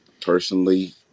personally